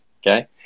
okay